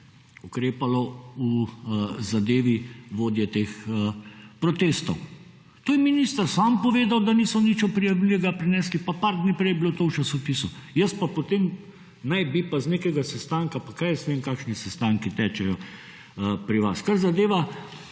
ukrepalo v zadevi vodje teh protestov. To je minister sam povedal, da niso nič oprijemljivega prinesli, pa par dni prej je bilo to v časopisu. Jaz pa potem naj bi pa z nekega sestanka… Pa kaj jaz vem, kakšni sestanki tečejo pri vas. Kar zadeva